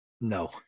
No